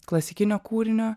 klasikinio kūrinio